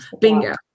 Bingo